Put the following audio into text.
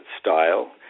style